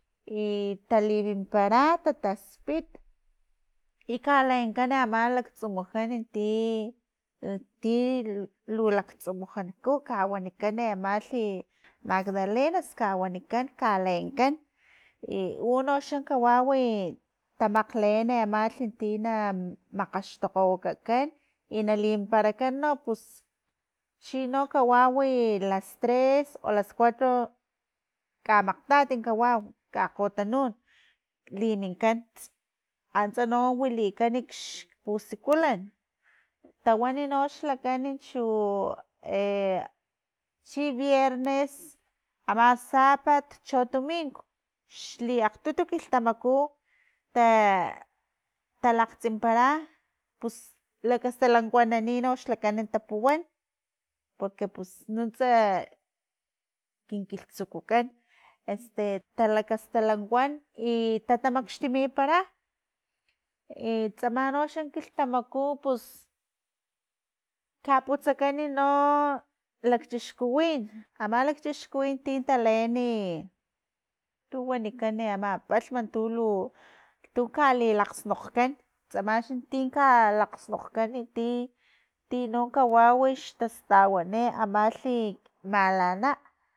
I talimimpara tataspit, i kalenkan ama laktsumujan ti- ti lu laktsumujanku kawanikan emalhi magdalenas wanikan kalenkan iunoxa kawawi tamakgleen amalhi ti na makgaxtokgowakakan i na limimparakan no pus, chi no kawau wi las tres o las cuatro kamakgtati kawau kakgotanun liminkan antsa no wilikan xpusikulan tawan nox lakan chu chi viernes ama sapat cho tumink, xli akgtutu kilhtamaku ta- talakgtsimpara pus lakastalankuanani nox lakan tapuwan porque pus nuntsa kin kilhtsukutkan talakastalankuan i tatamaxtumipara e tsama no xa kilhtamaku pus kaputsakani no kalchixkuwin ama lakchixkuwin tin taleni e tu wanikan ama palhm tu lu kalilakgsnokan tsamalhi tin kalilakgsnonkan ti- tino kawau xtastawani amalhi malana.